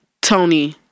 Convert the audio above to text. Tony